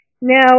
Now